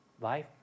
Life